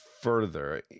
further